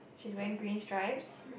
she's wearing green stripes